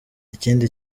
ikindi